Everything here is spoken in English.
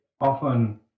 often